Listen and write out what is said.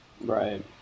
Right